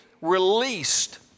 released